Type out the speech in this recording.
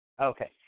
Okay